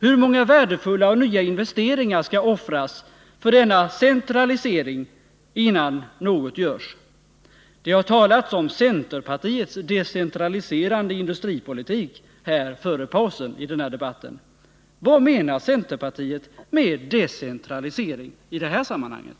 Hur många värdefulla och nya investeringar skall offras för denna centralisering innan något görs? Det har talats om centerpartiets decentraliserande industripolitik här före pausen i debatten. Vad menar centern med decentralisering i det här sammanhanget?